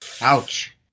Ouch